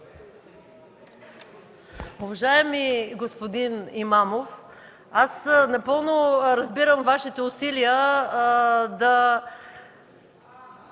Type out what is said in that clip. Уважаеми господин Имамов, аз напълно разбирам Вашите усилия да